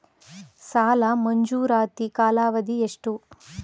ಸಾಲ ಮಂಜೂರಾತಿ ಕಾಲಾವಧಿ ಎಷ್ಟು?